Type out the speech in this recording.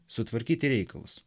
sutvarkyti reikalus